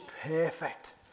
perfect